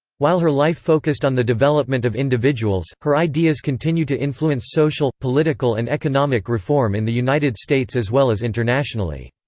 while her life focused on the development of individuals, her ideas continue to influence social, political and economic reform in the united states as well as internationally.